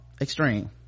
Extreme